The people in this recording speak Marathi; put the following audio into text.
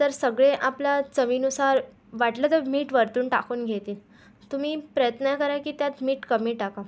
तर सगळे आपल्या चवीनुसार वाटलं तर मीठ वरतून टाकून घेतील तुम्ही प्रयत्न करा की त्यात मीठ कमी टाका